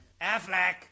Affleck